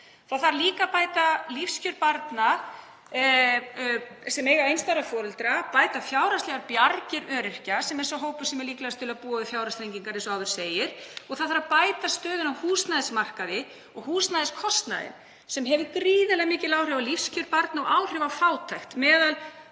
Það þarf líka að bæta lífskjör barna sem eiga einstæða foreldra, bæta fjárhagslegar bjargir öryrkja, sem er sá hópur sem er líklegastur til að búa við fjárhagsþrengingar eins og áður segir, og það þarf að bæta stöðuna á húsnæðismarkaði og húsnæðiskostnaðinn sem hefur gríðarlega mikil áhrif á lífskjör barna og áhrif á fátækt meðal